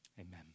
Amen